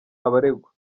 abaregwa